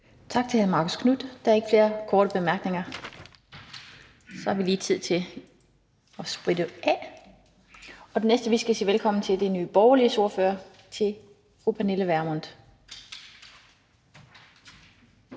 Tak til hr. Marcus Knuth. Der er ikke flere korte bemærkninger. Så har vi lige tid til at spritte af. Den næste, vi skal sige velkommen til, er Nye Borgerliges ordfører, fru Pernille Vermund.